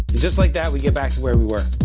just like that, we get back to where we were.